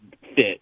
fit